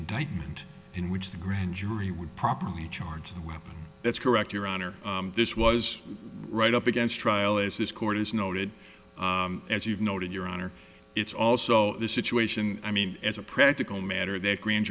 indictment in which the grand jury would properly charge the weapon that's correct your honor this was right up against trial as this court is noted as you've noted your honor it's also this situation i mean as a practical matter that grand